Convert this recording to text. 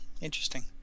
interesting